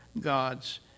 gods